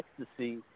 ecstasy